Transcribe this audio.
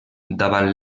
davant